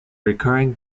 recurring